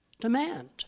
demand